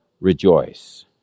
rejoice